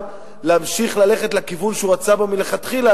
להמשיך ללכת לכיוון שהוא רצה בו מלכתחילה,